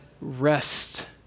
rest